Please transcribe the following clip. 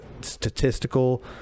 statistical